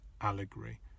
allegory